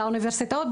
לאוניברסיטאות,